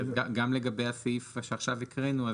גם לגבי הסעיף שעכשיו הקראנו,